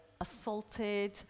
assaulted